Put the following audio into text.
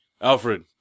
Alfred